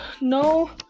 No